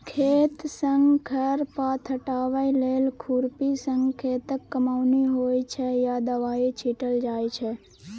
खेतसँ खर पात हटाबै लेल खुरपीसँ खेतक कमौनी होइ छै या दबाइ छीटल जाइ छै